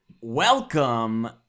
Welcome